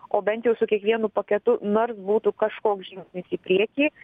o bent jau su kiekvienu paketu nors būtų kažkoks žingsnis į priekį